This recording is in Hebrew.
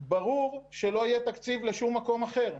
ברור שלא יהיה תקציב לשום מקום אחר.